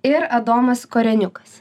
ir adomas koreniukas